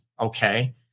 Okay